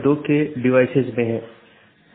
बस एक स्लाइड में ऑटॉनमस सिस्टम को देख लेते हैं